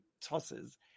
tosses